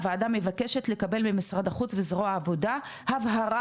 הוועדה מבקשת לקבל ממשרד החוץ וזרוע העבודה הבהרה